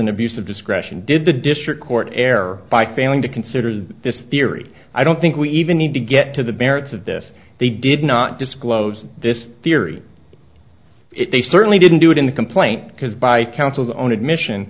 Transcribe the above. an abuse of discretion did the district court error by failing to consider this theory i don't think we even need to get to the barents of this they did not disclose this theory they certainly didn't do it in the complaint because by counsel's own admission